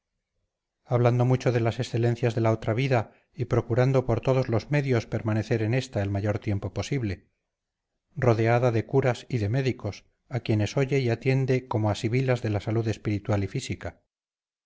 hablando mucho de las excelencias de la otra vida y procurando por todos los medios permanecer en esta el mayor tiempo posible rodeada de curas y de médicos a quienes oye y atiende como a sibilas de la salud espiritual y física